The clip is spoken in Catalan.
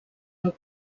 amb